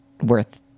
worth